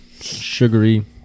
sugary